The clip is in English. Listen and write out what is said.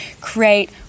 create